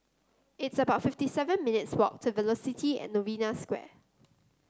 it's about fifty seven minutes' walk to Velocity At Novena Square